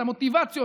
את המוטיבציות,